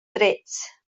dretgs